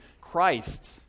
Christ